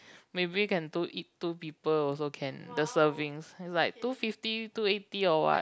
maybe can two eat two people also can the servings is like two fifty two eighty or what